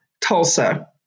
Tulsa